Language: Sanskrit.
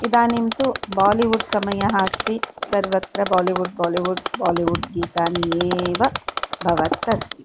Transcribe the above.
इदानीं तु बालिवुड् समयः अस्ति सर्वत्र बालिवुड् बालिवुड् बालिवुड् गीतानि एव भवन् अस्ति